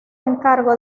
encargo